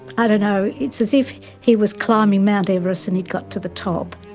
i don't know, it's as if he was climbing mount everest and he'd got to the top.